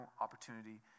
opportunity